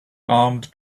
armed